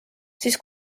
siis